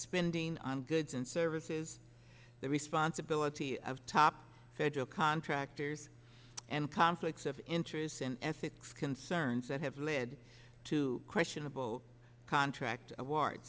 spending on goods and services the responsibility of top federal contractors and conflicts of interests and six concerns that have led to questionable contract awards